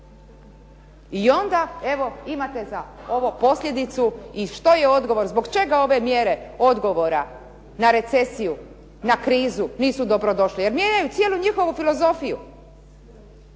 I onda, evo imate za ovo posljedicu i što je odgovor, zbog čega ove mjere odgovora na recesiju, na krizu nisu dobrodošli? Jer mijenjaju cijelu njihovu filozofiju.